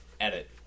Edit